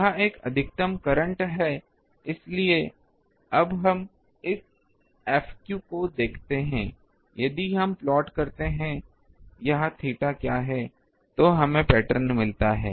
यह एक अधिकतम करंट है इसलिए अब हम इस F को देखते हैं यदि हम यह प्लाट करते हैं यह थीटा क्या है तो हमें पैटर्न मिलता है